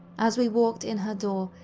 as we walked in her door,